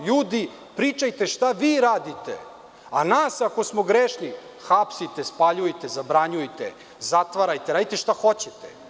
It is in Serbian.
Ljudi, pričajte šta vi radite, a nas ako smo grešni, hapsite, spaljujte, zabranjujte, zatvarajte, radite šta hoćete.